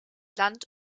land